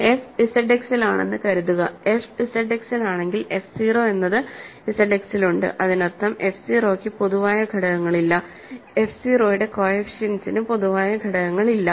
f ZX ൽ ആണെന്ന് കരുതുക f ZX ൽ ആണെങ്കിൽ f 0 എന്നത് ZX ലുണ്ട് അതിനർത്ഥം f 0 ക്ക് പൊതുവായ ഘടകങ്ങളില്ല f 0 യുടെ കോഎഫിഷ്യന്റ്സിന് പൊതുവായ ഘടകങ്ങളില്ല